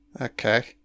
Okay